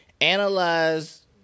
analyze